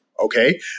Okay